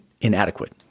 inadequate